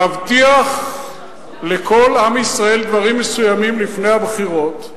מבטיח לכל עם ישראל דברים מסוימים לפני הבחירות,